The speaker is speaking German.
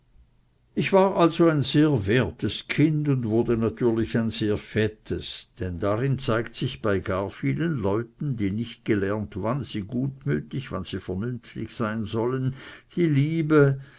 ich war also ein sehr wertes kind und wurde natürlich ein sehr fettes denn darin zeigt sich bei gar vielen leuten die nicht gelernt wann sie gutmütig wann sie vernünftig sein sollen die liebe